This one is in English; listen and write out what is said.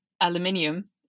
aluminium